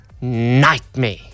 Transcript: nightmare